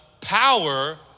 power